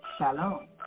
Shalom